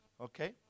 Okay